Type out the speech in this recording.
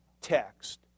text